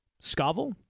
Scoville